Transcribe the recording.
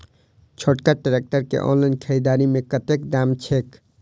छोटका ट्रैक्टर केँ ऑनलाइन खरीददारी मे कतेक दाम छैक?